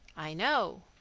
i know.